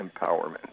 empowerment